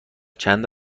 چند